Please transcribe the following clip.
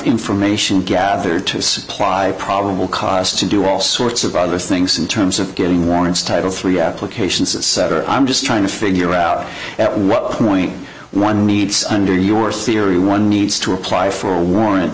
information gathered to supply a probable cause to do all sorts of other things in terms of getting warrants title three applications etc i'm just trying to figure out at what point one meets under your theory one needs to apply for a warrant